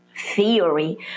theory